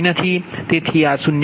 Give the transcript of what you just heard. તેથી આ 0